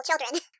children